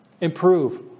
improve